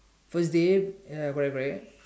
first day correct correct